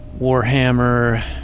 Warhammer